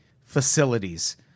facilities